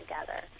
together